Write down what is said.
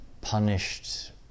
punished